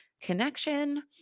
connection